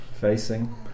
facing